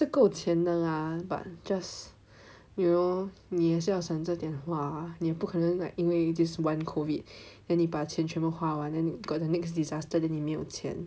是够钱的 lah but just you know 你也是要省着点花你不可能 like 因为 just one COVID then 你把钱全部花完 then got the next disaster then 你没有钱